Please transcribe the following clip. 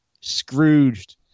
Scrooged